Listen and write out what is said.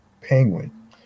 Penguin